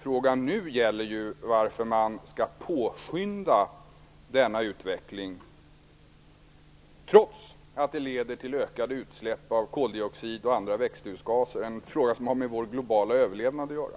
Frågan nu gäller ju varför man skall påskynda denna utveckling trots att det leder till ökade utsläpp av koldioxid och andra växthusgaser. Det är en fråga som har med vår globala överlevnad att göra.